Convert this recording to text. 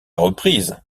reprise